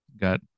got